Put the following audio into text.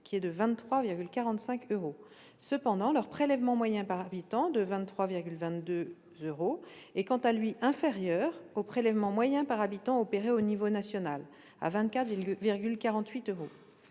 qui est de 23,45 euros. Cependant, leur prélèvement moyen par habitant, de 23,22 euros, est quant à lui inférieur au prélèvement moyen par habitant effectué à l'échelon national, qui est de 24,48 euros.